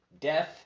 death